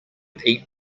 eat